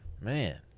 Man